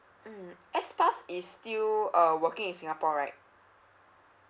mm S pass is still uh working in singapore right